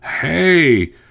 hey